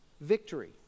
victory